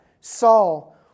Saul